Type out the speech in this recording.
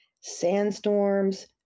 sandstorms